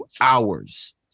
hours